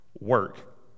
work